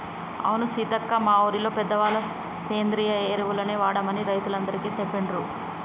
అవును సీతక్క మా ఊరిలో పెద్దవాళ్ళ సేంద్రియ ఎరువులనే వాడమని రైతులందికీ సెప్పిండ్రు